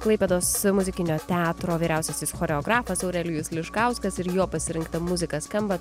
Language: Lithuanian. klaipėdos muzikinio teatro vyriausiasis choreografas aurelijus liškauskas ir jo pasirinkta muzika skamba